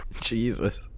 Jesus